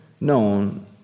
known